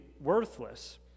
worthless